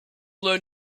learn